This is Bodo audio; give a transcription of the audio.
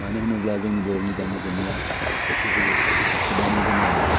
मानो होनोब्ला जोंनि बर'नि दामनाय देनाया जोबोद खबाम गोनां